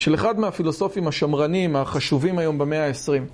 של אחד מהפילוסופים השמרנים החשובים היום במאה ה-20.